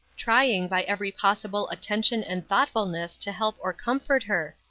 trying by every possible attention and thoughtfulness to help or comfort her,